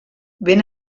ben